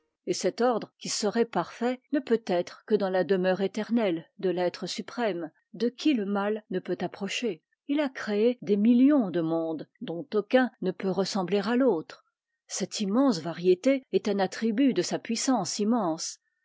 et cet ordre qui serait parfait ne peut être que dans la demeure éternelle de l'être suprême de qui le mal ne peut approcher il a créé des millions de mondes dont aucun ne peut ressembler à l'autre cette immense variété est un attribut de sa puissance immense